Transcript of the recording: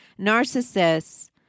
Narcissists